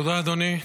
תודה, אדוני.